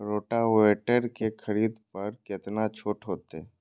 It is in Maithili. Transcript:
रोटावेटर के खरीद पर केतना छूट होते?